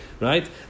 right